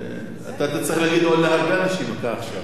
והביזנטים לקחו אותו מהיהודים.